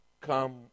come